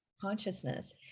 consciousness